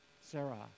Sarah